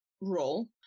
role